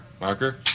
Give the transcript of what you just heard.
Marker